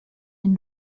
den